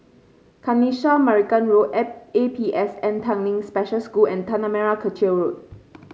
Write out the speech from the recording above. Kanisha Marican Road A A P S N Tanglin Special School and Tanah Merah Kechil Road